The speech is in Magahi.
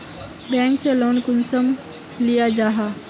बैंक से लोन कुंसम लिया जाहा?